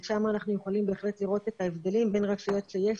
ושם אנחנו יכולים בהחלט לראות את ההבדלים בין רשויות שיש